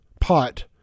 pot